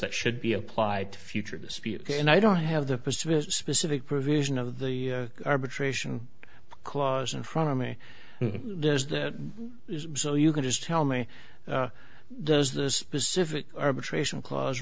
that should be applied to future dispute and i don't have the specific provision of the arbitration clause in front of me as that is so you can just tell me does this specific arbitration clause